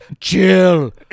chill